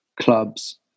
clubs